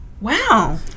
wow